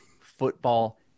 football